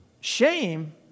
shame